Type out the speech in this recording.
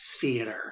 theater